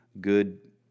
good